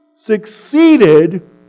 Succeeded